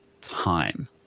time